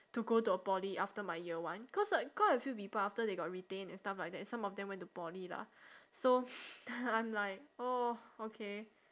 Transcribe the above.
to go to a poly after my year one cause like quite a few people after they got retained and stuff like that some of them went to poly lah so I'm like oh okay